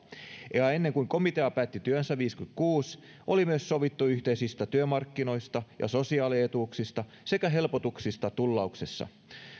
ja ennen kuin komitea päätti työnsä viisikymmentäkuusi oli myös sovittu yhteisistä työmarkkinoista ja sosiaalietuuksista sekä helpotuksista tullauksessa